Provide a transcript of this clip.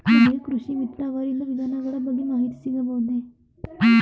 ನಮಗೆ ಕೃಷಿ ಮಿತ್ರ ಅವರಿಂದ ವಿಧಾನಗಳ ಬಗ್ಗೆ ಮಾಹಿತಿ ಸಿಗಬಹುದೇ?